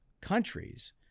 countries